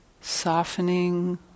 softening